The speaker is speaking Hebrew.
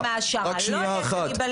אבל אם תשים להם העשרה לא יהיה קניבליזם.